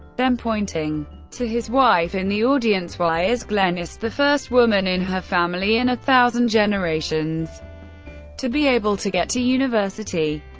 then pointing to his wife in the audience why is glenys the first woman in her family in a thousand generations to be able to get to university?